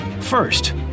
First